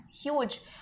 Huge